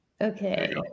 Okay